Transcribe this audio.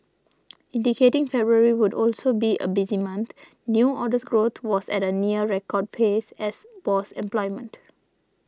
indicating February would also be a busy month new orders growth was at a near record pace as was employment